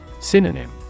Synonym